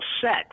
set